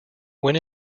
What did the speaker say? when